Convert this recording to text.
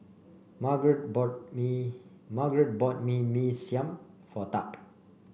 Margeret bought Mee Margeret bought Mee Mee Siam for Tab